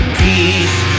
peace